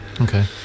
Okay